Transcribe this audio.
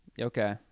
Okay